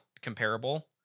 comparable